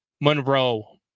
Monroe